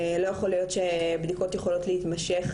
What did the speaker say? לא יכול להיות שבדיקות יכולות להתמשך